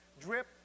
drip